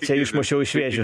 čia išmušiau iš vėžių